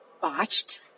botched